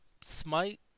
Smite